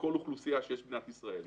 לכל אוכלוסייה שיש במדינת ישראל.